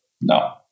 No